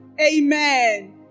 Amen